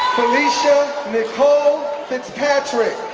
felicia nicole fitzpatrick,